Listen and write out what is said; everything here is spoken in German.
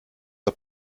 der